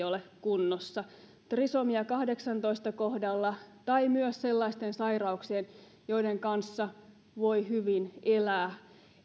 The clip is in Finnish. ole kunnossa trisomia kahdeksantoista kohdalla tai myös sellaisten sairauksien joiden kanssa voi hyvin elää